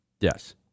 Yes